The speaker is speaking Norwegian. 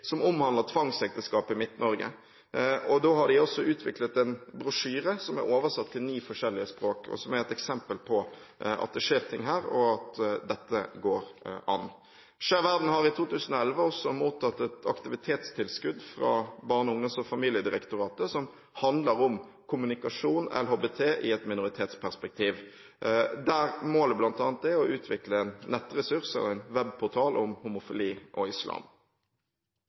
som omhandler tvangsekteskap i Midt-Norge. De har også utviklet en brosjyre som er oversatt til ni forskjellige språk, og som er et eksempel på at det skjer ting her, og at dette går an. Skeiv Verden har i 2011 også mottatt et aktivitetstilskudd fra Barne-, ungdoms- og familiedirektoratet til et tiltak om kommunikasjon og LHBT i minoritetsperspektiv, der målet bl.a. er å utvikle en nettressurs, en webportal, om homofili og islam.